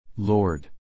Lord